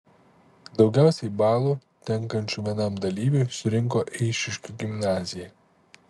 daugiausiai balų tenkančių vienam dalyviui surinko eišiškių gimnazija